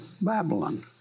Babylon